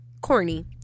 corny